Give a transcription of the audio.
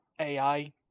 AI